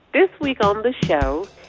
this week on the show,